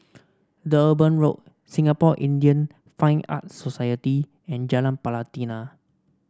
Durban Road Singapore Indian Fine Art Society and Jalan Pelatina